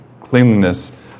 cleanliness